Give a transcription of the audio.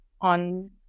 on